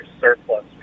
surplus